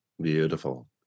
beautiful